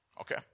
Okay